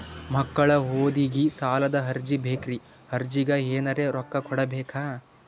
ಮಕ್ಕಳ ಓದಿಗಿ ಸಾಲದ ಅರ್ಜಿ ಬೇಕ್ರಿ ಅರ್ಜಿಗ ಎನರೆ ರೊಕ್ಕ ಕೊಡಬೇಕಾ?